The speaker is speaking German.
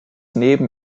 neben